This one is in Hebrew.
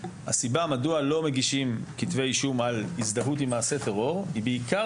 הסיבה מדוע לא מגישים כתבי אישום על הזדהות עם מעשה טרור היא בעיקר